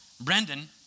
Brendan